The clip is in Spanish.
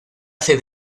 hace